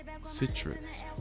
Citrus